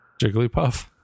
Jigglypuff